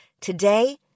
Today